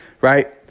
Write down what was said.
right